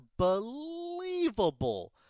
Unbelievable